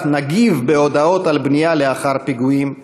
נגיב בהודעות על בנייה לאחר פיגועים,